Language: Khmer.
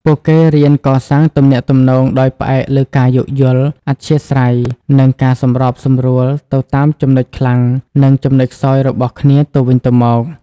ពួកគេរៀនកសាងទំនាក់ទំនងដោយផ្អែកលើការយោគយល់ អធ្យាស្រ័យ និងការសម្របសម្រួលទៅតាមចំណុចខ្លាំង និងចំណុចខ្សោយរបស់គ្នាទៅវិញទៅមក។